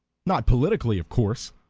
not politically, of course.